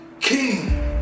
king